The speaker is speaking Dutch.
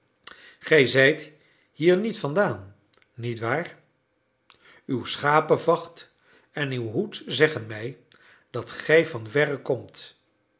gij zijt hier niet vandaan niet waar uw schapevacht en uw hoed zeggen mij dat gij van verre komt